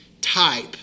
type